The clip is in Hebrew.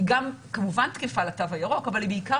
היא גם כמובן תקפה לתו הירוק אבל היא בעיקר